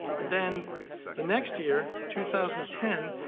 and then the next year, two thousand ten,